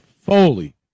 Foley